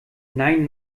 nein